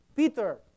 Peter